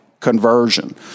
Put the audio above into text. conversion